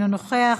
אינו נוכח.